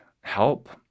help